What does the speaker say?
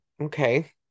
Okay